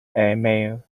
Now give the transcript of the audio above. airmail